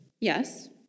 Yes